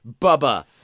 Bubba